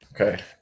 Okay